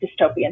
dystopian